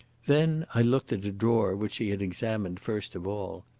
then i looked at a drawer which she had examined first of all.